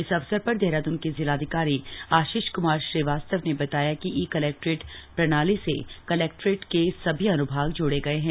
इस अवसर पर देहरादून के जिलाधिकारी आशीष क्मार श्रीवास्तव ने बताया कि ई कलेक्ट्रेट प्रणाली से कलैक्ट्रेट के सभी अन्भाग जोड़े गए हैं